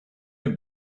have